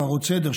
הפרות סדר,